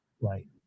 Right